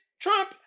Trump